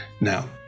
Now